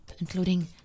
including